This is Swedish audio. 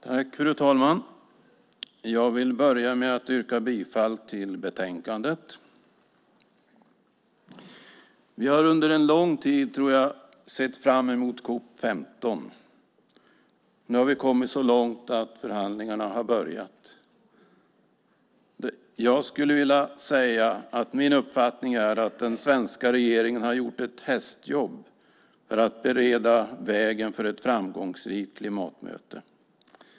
Fru ålderspresident! Jag vill börja med att yrka bifall till utskottets förslag. Vi har under en lång tid, tror jag, sett fram emot COP 15. Nu har vi kommit så långt att förhandlingarna har börjat. Min uppfattning är att den svenska regeringen har gjort ett hästjobb för att bereda vägen för ett framgångsrikt klimatmöte.